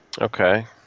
Okay